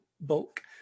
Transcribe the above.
bulk